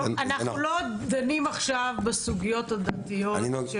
אנחנו לא דנים עכשיו בסוגיות הדתיות.